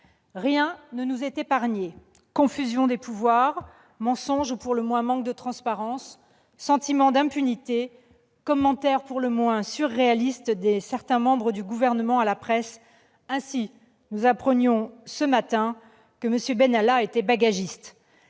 Rien ne nous est épargné : confusion des pouvoirs, mensonges- pour le moins, manque de transparence -, sentiment d'impunité, commentaires assez surréalistes de certains membres du Gouvernement à la presse ... Ainsi, nous apprenions ce matin que M. Benalla était bagagiste